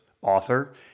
Author